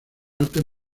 artes